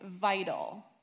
vital